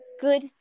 good